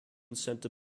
center